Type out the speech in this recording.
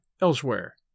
elsewhere